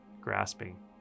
grasping